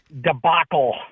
debacle